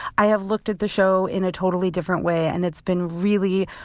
i have looked at the show in a totally different way, and it's been really,